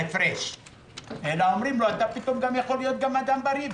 אלא אומרים לו: אתה יכול להיות אדם בריא.